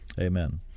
Amen